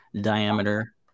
diameter